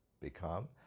become